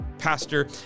pastor